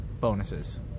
bonuses